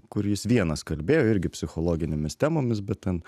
kur jis vienas kalbėjo irgi psichologinėmis temomis bet ten